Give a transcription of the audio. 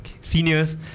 seniors